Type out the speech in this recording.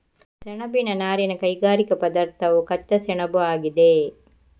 ಸೆಣಬಿನ ನಾರಿನ ಕೈಗಾರಿಕಾ ಪದಾರ್ಥವು ಕಚ್ಚಾ ಸೆಣಬುಆಗಿದೆ